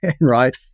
right